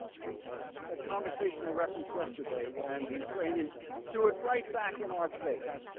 that conversation i referenced yesterday when the ukrainians throughout right back in our face